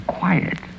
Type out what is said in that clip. quiet